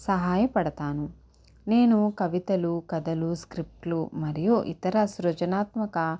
సహాయపడతాను నేను కవితలు కథలు స్క్రిప్ట్లు మరియు ఇతర సృజనాత్మక